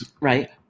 right